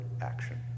action